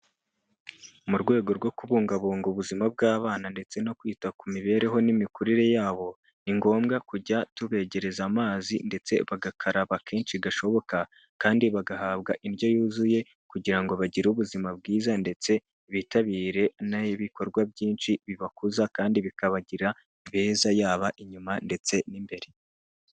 Mu rwego rwo kubungabunga ubuzima bw'abana ndetse no kwita ku mibereho n'imikurire yabo, ni ngombwa kujya tubegereza amazi ndetse bagakaraba kenshi gashoboka, kandi bagahabwa indyo yuzuye kugira ngo bagire ubuzima bwiza ndetse bitabire n'ibikorwa byinshi bibakuza kandi bikabagira beza yaba inyuma ndetse n'imbere.